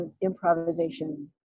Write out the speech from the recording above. improvisation